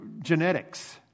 genetics